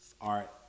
art